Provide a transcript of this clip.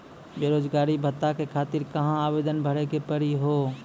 बेरोजगारी भत्ता के खातिर कहां आवेदन भरे के पड़ी हो?